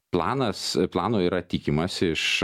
planas plano yra tikimasi iš